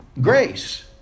grace